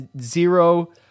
zero